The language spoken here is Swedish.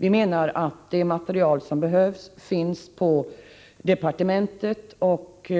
Vi menar att det material som behövs finns på departementet och att